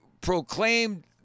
proclaimed